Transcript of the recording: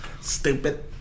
Stupid